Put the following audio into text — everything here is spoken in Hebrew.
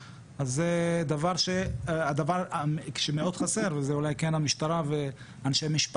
אז עד כמה אפשר להעניש ולהרתיע כשמדובר באלימות טכנולוגית,